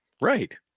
Right